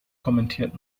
kommentiert